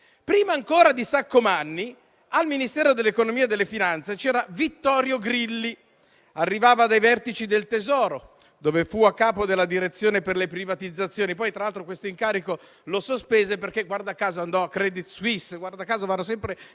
Prima ancora di Saccomanni, al Ministero dell'economia e delle finanze c'era Vittorio Grilli: arrivava dei vertici del Tesoro, dove fu a capo della Direzione per le privatizzazioni; poi, tra l'altro, questo incarico lo sospese, perché andò a Credit Suisse - guarda caso vanno sempre